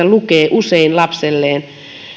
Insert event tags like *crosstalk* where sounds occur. *unintelligible* lukee usein lapselleen